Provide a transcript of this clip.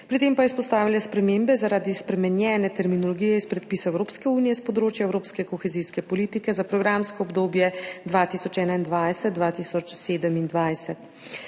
Pri tem pa je izpostavila spremembe zaradi spremenjene terminologije iz predpisov Evropske unije s področja evropske kohezijske politike za programsko obdobje 2021–2027.